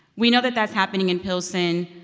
we know that that's happening in pilsen.